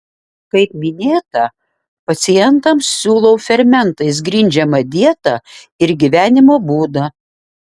kaip minėta pacientams siūlau fermentais grindžiamą dietą ir gyvenimo būdą